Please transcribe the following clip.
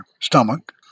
stomach